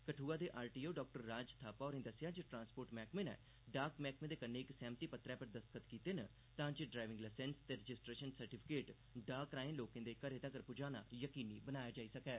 कठुआ दे R T O doctor Raj Thapa होरें दस्सेआ जे ट्रांसपोर्ट मैह्कमे नै डाक मैह्कमे दे कन्नै इक सैह्मति पत्तरै पर दस्तख्त कीते न तांजे ड्राईविंग लसैंस ते रजिस्ट्रेशन सर्टिफिकेट डाक राएं लोकें दे घरें तक्कर पुजाना यकीनी बनाया जाई सकै